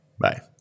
Bye